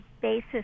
basis